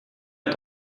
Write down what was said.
est